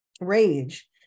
rage